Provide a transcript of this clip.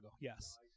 Yes